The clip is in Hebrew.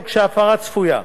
או כשההפרה צפויה,